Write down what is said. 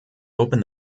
open